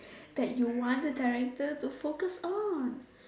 that you want the director to focus on